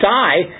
die